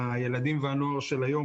בגילאים יותר מבוגרים